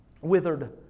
withered